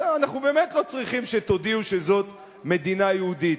אנחנו באמת לא צריכים שתודיעו שזאת מדינה יהודית.